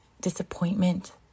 disappointment